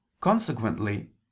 Consequently